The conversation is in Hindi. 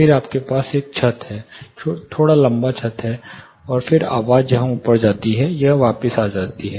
फिर आपके पास एक छत है थोड़ा लंबा छत है और फिर आवाज़ यहाँ ऊपर जाती है यह वापस आती है